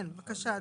כן, בבקשה אדוני.